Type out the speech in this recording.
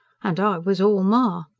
and i was all ma.